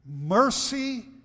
mercy